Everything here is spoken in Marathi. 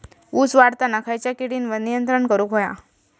ऊस वाढताना खयच्या किडींवर नियंत्रण करुक व्हया?